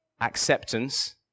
acceptance